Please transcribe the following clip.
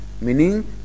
meaning